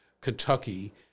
Kentucky